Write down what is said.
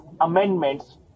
amendments